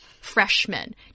freshmen